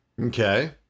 Okay